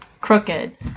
crooked